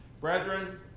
Brethren